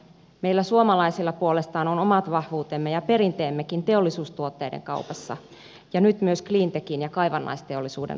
meillä suomalaisilla puolestaan on omat vahvuutemme ja perinteemmekin teollisuustuotteiden kaupassa ja nyt myös cleantechin ja kaivannaisteollisuuden aloilla